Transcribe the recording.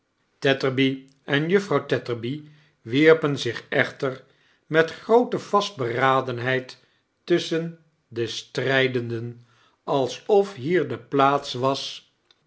en juffrouw tetterby wierpen zich echter met grobte vastberadenheid tusschen de strijdenden alsof hier de plaats was